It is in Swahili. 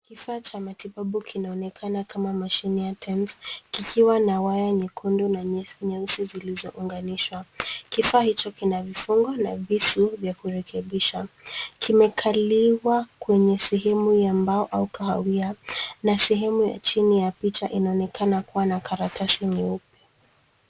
Kifaa cha matibabu kinaonekana kama mashine ya tense kikiwa na waya nyekundu na nyeusi zilizounganishwa. Kifaa hicho kina vifungo na visu vya kurekebisha. Kimekaliwa kwenye sehemu ya mbao au kahawia na sehemu ya chini ya picha inaonekana kuwa na karatasi nyeupe.